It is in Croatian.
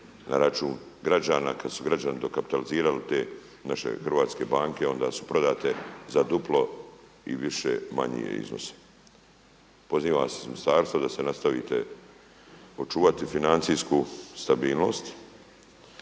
na račun građana, kada su građani dokapitalizirali te naše hrvatske banke onda su prodate za duplo i više, manje iznose. Pozivam ministarstvo da nastavite očuvati financijsku stabilnost